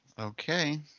Okay